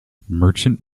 merchant